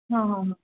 हां हां हां